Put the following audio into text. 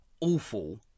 awful